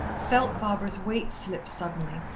felt barbara's weight slip suddenly,